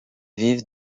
vivent